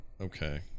Okay